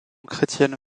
chrétienne